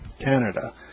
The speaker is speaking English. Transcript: Canada